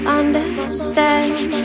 understand